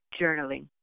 Journaling